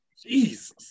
Jesus